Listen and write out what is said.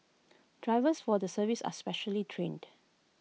drivers for the service are specially trained